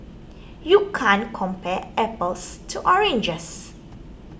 you can't compare apples to oranges